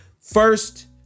First